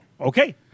Okay